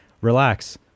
relax